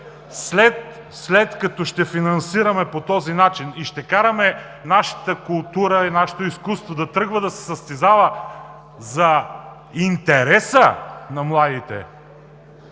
след като ще финансираме по този начин и ще караме нашата култура и нашето изкуство да тръгва да се състезава за интереса на младите,